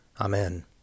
Amen